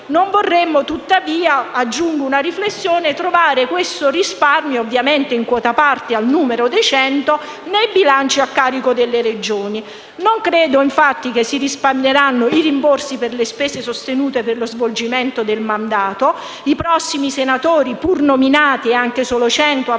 Non vorremmo, tuttavia, aggiungo una riflessione, trovare questo risparmio, ovviamente in quota parte al numero di 100, nei bilanci a carico delle Regioni. Non credo infatti che si risparmieranno i rimborsi per le spese sostenute per lo svolgimento del mandato. I prossimi senatori, pur nominati e anche solo 100, avranno doppio